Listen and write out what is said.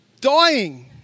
dying